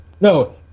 No